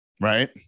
Right